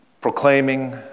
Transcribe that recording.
proclaiming